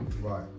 Right